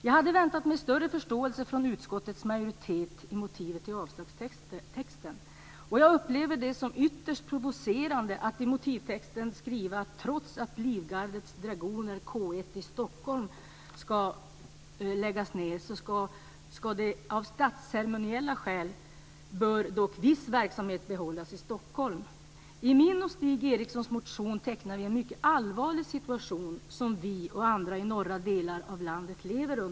Jag hade väntat mig större förståelse från utskottets majoritet i motivet till avslagstexten. Jag upplever det som ytterst provocerande att det skrivs i motivtexten att trots att Livgardets dragoner K 1 i Stockholm ska läggas ned bör dock viss verksamhet av statsceremoniella skäl behållas i Stockholm. I min och Stig Erikssons motion tecknar vi en mycket allvarlig situation som vi och andra i norra delarna av landet lever i.